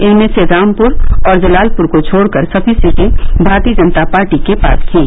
इनमें से रामपुर और जलालपुर को छोड़कर सभी सीटें भारतीय जनता पार्टी के पास थीं